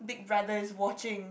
big brother is watching